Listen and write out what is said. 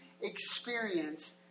experience